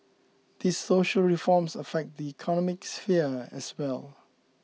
these social reforms affect the economic sphere as well